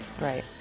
Right